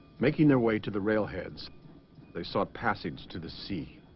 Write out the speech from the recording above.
making their way to the rail heads they sought passage to the sea